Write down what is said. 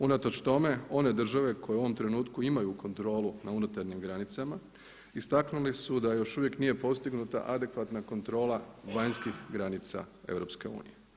Unatoč tome one države koje u ovom trenutku imaju kontrolu na unutarnjim granicama istaknuli su da još uvijek nije postignuta adekvatna kontrola vanjskih granica EU.